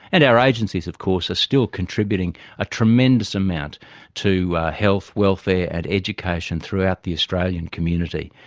and our agencies of course are still contributing a tremendous amount to health, welfare and education throughout the australian community.